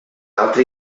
altre